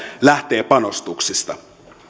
lähtee panostuksista